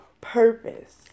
purpose